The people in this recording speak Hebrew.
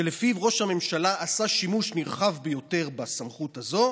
שלפיו ראש הממשלה עשה שימוש נרחב ביותר בסמכות הזו,